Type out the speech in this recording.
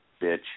bitch